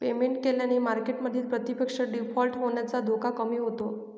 payment केल्याने मार्केटमधील प्रतिपक्ष डिफॉल्ट होण्याचा धोका कमी होतो